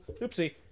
Oopsie